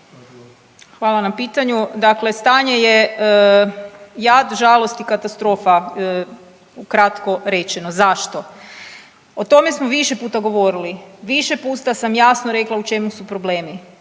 Hvala na pitanju. Dakle, stanje je jad, žalost i katastrofa ukratko rečeno. Zašto? O tome smo više puta govorili, više puta sam jasno rekla u čemu su problemi.